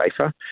safer